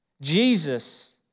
Jesus